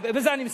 בזה אני מסיים.